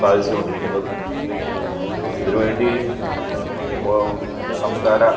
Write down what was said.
സാധിച്ചുകൊണ്ടിരിക്കുന്നത് ഇതിനുവേണ്ടി സംസ്കാര